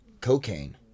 cocaine